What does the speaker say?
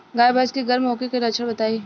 गाय भैंस के गर्म होखे के लक्षण बताई?